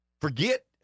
Forget